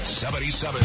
77